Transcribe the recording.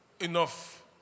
enough